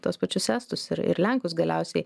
tuos pačius estus ir ir lenkus galiausiai